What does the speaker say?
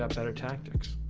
um better tactics